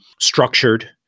structured